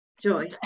Joy